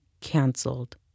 canceled